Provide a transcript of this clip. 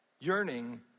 yearning